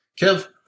Kev